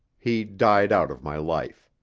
he died out of my life.